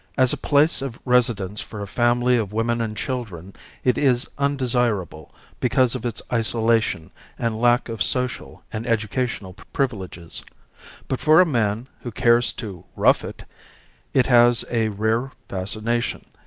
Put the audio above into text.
as a place of residence for a family of women and children it is undesirable because of its isolation and lack of social and educational privileges but for a man who cares to rough it it has a rare fascination.